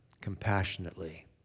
compassionately